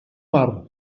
mar